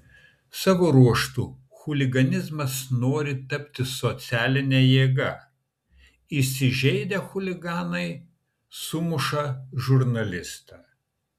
savo ruožtu chuliganizmas nori tapti socialine jėga įsižeidę chuliganai sumuša žurnalistą